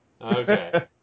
okay